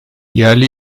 yerli